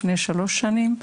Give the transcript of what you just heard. לפני שלוש שנים,